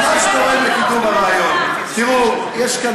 לא יהיה לשני